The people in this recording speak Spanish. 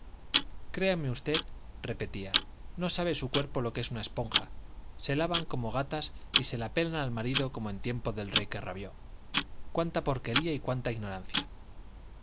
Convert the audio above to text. créame usted repetía no sabe su cuerpo lo que es una esponja se lavan como gatas y se la pegan al marido como en tiempo del rey que rabió cuánta porquería y cuánta ignorancia